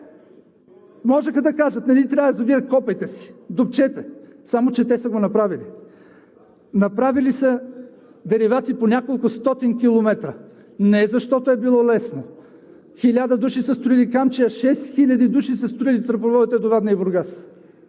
Можеха да кажат: не ни трябва язовир – копайте си, дупчете, само че те са го направили. Направили са деривация по неколкостотин километра не защото е било лесно. Хиляда души са строили "Камчия", 6 хиляди души са строили тръбопроводите до Варна и Бургас.